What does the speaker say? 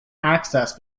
access